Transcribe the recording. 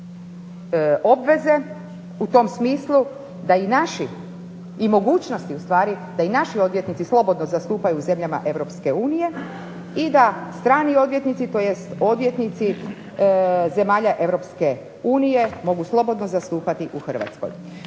u tom smislu i mogućnosti ustvari da i naši odvjetnici slobodno zastupaju u zemljama Europske unije i da strani odvjetnici tj. odvjetnici zemalja Europske unije mogu slobodno zastupati u Hrvatskoj.